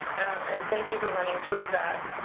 and and thank you for running through that.